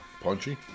punchy